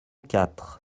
quatre